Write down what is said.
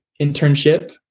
internship